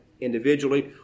individually